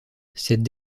cette